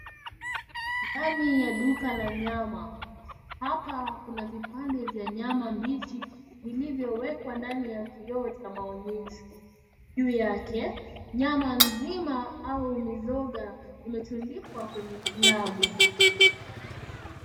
Ndani ya duka la nyama ,hapa kuna vipande vya nyama mbichi vilivyowekwa ndani ya kioo cha maonyesho. Juu yake nyama nzima au mizoga imetundikwa kwenye kulabu.